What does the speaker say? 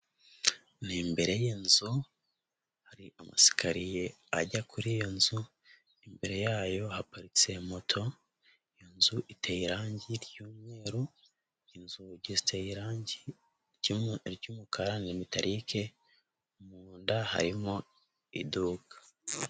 Ni imbere y'inzu, hari amasakariye ajya kuri iyo nzu, imbere yayo haparitse moto, iyo nzu iteye irangi ry'umweru, inzugi ziteye irangi ry'umukara ni metalike munzu harimo iduka.